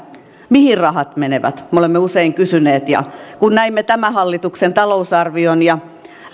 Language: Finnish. mihin rahat menevät me olemme usein kysyneet kun näimme tämän hallituksen talousarvion ja